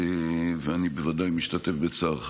ואני בוודאי משתתף בצערך